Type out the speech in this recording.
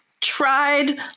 tried